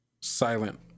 silent